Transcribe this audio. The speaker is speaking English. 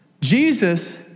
Jesus